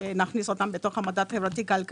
שנכניס אותם בתוך המדד חברתי-כלכלי.